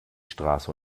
straße